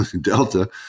Delta